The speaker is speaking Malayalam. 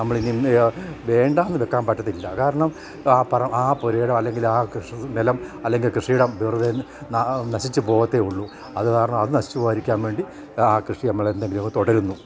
നമ്മൾ വേണ്ട എന്ന് വയ്ക്കാൻ പറ്റത്തില്ല കാരണം ആ പുരയിടം അല്ലെങ്കിൽ ആ കൃഷി നിലം അല്ലെങ്കിൽ കൃഷിയിടം നശിച്ചു പോകത്തേ ഉള്ളൂ അത് കാരണം അത് നശിച്ച് പോകാതിരിക്കാൻ വേണ്ടി ആ കൃഷി നമ്മൾക്ക് എന്തെങ്കിലും തുടരുന്നു